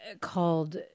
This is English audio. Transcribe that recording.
called